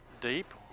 deep